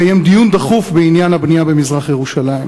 אדוני.